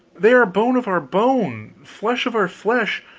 they are bone of our bone, flesh of our flesh,